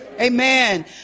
amen